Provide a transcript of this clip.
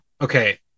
Okay